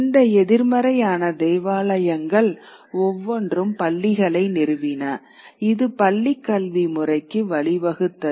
இந்த எதிர்மறையான தேவாலயங்கள் ஒவ்வொன்றும் பள்ளிகளை நிறுவின இது பள்ளிக்கல்வி முறைக்கு வழிவகுத்தது